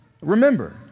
Remember